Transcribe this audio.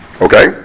Okay